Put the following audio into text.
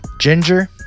Ginger